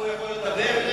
ככה הוא יכול לדבר?